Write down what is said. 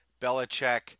Belichick